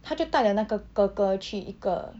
她就带了那个哥哥去一个